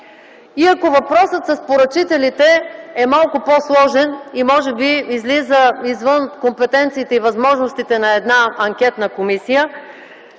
И ако въпросът с поръчителите е малко по-сложен и може би излиза извън компетенциите и възможностите на една анкетна комисия,